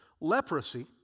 Leprosy